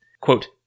Quote